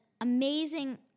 amazing